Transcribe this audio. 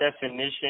definition